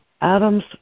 Adam's